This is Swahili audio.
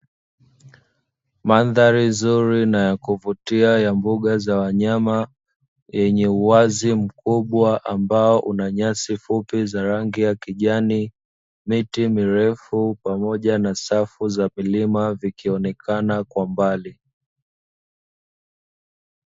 Mandhari nzuri na ya kuvutia ya mbuga za wanyama yenye uwazi mkubwa ambao una nyasi fupi za rangi ya kijani, miti mirefu pamoja na safu za vilima vikionekana kwa mbali.